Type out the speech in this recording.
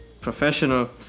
professional